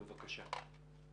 בבקשה.